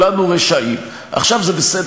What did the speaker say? כשאתה נבחרת לכנסת,